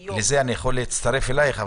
חלופיות --- בזה אני יכול להצטרף אלייך,